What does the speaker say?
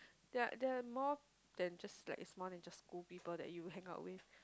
there're there're more than just like there's more than just school people that you hang out with